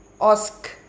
ask